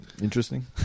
interesting